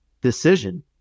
decision